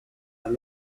and